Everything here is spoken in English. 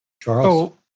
Charles